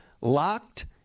Locked